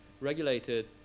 regulated